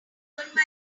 homework